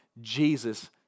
Jesus